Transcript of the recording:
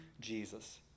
Jesus